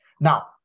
Now